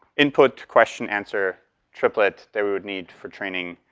input question-answer, triplet, that we would need for training,